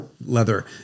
leather